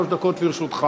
ויתרת?